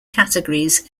categories